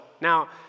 Now